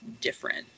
different